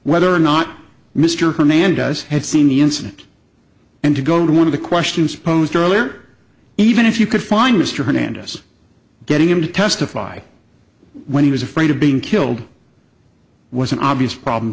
whether or not mr hernandez had seen the incident and to go to one of the questions posed earlier even if you could find mr hernandez getting him to testify when he was afraid of being killed was an obvious problem